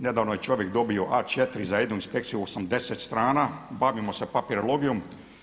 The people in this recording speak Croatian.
Nedavno je čovjek dobio A4 za jednu inspekciju 80 strana, bavimo se papirologijom.